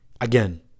again